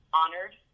honored